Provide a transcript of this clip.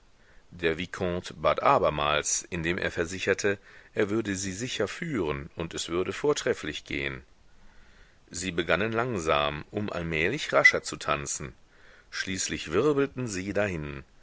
der vicomte bat abermals indem er versicherte er würde sie sicher führen und es würde vortrefflich gehen sie begannen langsam um allmählich rascher zu tanzen schließlich wirbelten sie dahin